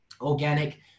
organic